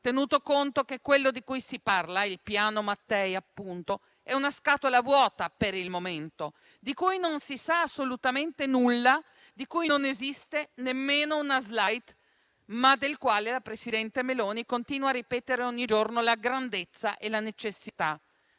tenuto conto che quello di cui si parla, il piano Mattei appunto, è una scatola vuota per il momento, di cui non si sa assolutamente nulla, di cui non esiste nemmeno una *slide*, ma del quale la presidente Meloni continua a ripetere ogni giorno la grandezza e la necessità.